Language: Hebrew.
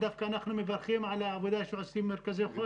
אנחנו דווקא מברכים על העבודה שעושים מרכזי החוסן.